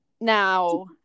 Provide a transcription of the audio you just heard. Now